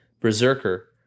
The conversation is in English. Berserker